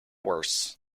worse